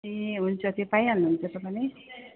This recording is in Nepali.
ए हुन्छ त्यो पाइहाल्नुहुन्छ तपाईँले